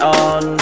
on